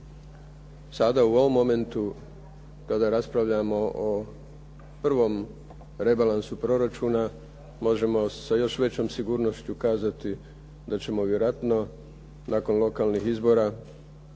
Sada u ovom momentu kada raspravljamo o prvom rebalansu proračuna možemo sa još većom sigurnošću kazati da ćemo vjerojatno nakon lokalnih izbora